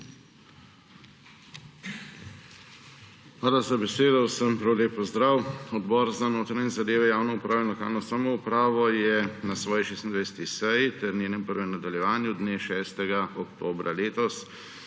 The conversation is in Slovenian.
Hvala za besedo. Vsem prav lep pozdrav! Odbor za notranje zadeve, javno upravo in lokalno samoupravo je na svoji 26. seji ter njenem prvem nadaljevanju dne 6. oktobra letos